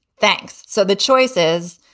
thanks. so the choices,